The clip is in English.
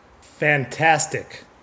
Fantastic